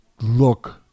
look